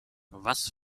was